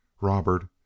Robert